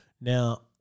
Now